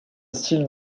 style